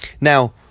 Now